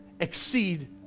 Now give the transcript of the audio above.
exceed